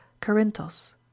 Corinthos